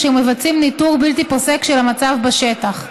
אשר מבצעים ניטור בלתי פוסק של המצב בשטח.